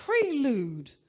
prelude